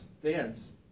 dance